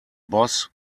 boss